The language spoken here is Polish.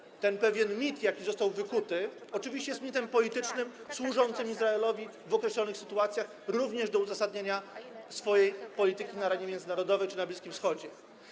Ta wizja, ten pewien mit, jaki został wykuty, oczywiście jest mitem politycznym służącym Izraelowi w określonych sytuacjach, również do uzasadniania swojej polityki na arenie międzynarodowej czy na Bliskim Wschodzie.